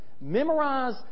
Memorize